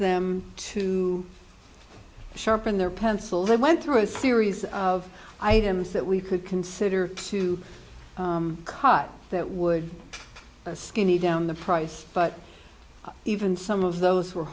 them to sharpen their pencil they went through a series of items that we could consider to cut that would skinny down the price but even some of those were